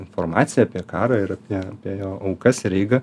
informacija apie karą ir apie apie jo aukas ir eigą